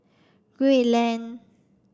Gul Lane